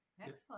Excellent